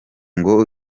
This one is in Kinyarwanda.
ngo